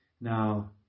Now